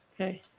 Okay